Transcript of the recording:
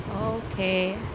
Okay